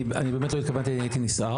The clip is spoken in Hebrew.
אני באמת לא התכוונתי, אני הייתי נסער.